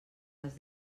les